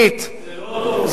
זה לא אותו רופא.